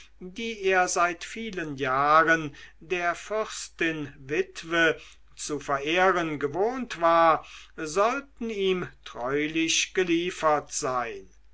die er seit vielen jahren der fürstin witwe zu verehren gewohnt war sollten ihm treulich geliefert sein